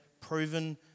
proven